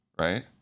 right